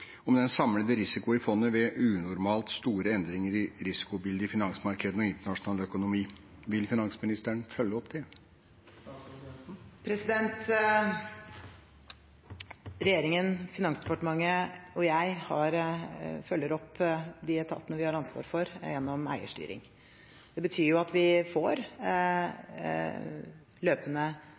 om den samlede risiko i fondet ved unormalt store endringer i risikobildet i finansmarkedene og internasjonal økonomi. Vil finansministeren følge opp det? Regjeringen, Finansdepartementet og jeg følger opp de etatene vi har ansvar for, gjennom eierstyring. Det betyr at vi får løpende